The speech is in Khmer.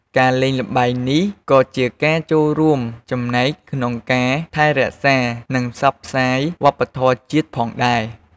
ការលេងល្បែងនេះ ក៏ជាការចូលរួមចំណែកក្នុងការថែរក្សា និងផ្សព្វផ្សាយវប្បធម៌ជាតិផងដែរ។